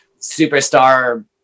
superstar